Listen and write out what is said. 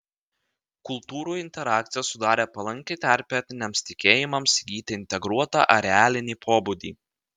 kultūrų interakcija sudarė palankią terpę etniniams tikėjimams įgyti integruotą arealinį pobūdį